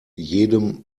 jedem